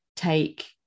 take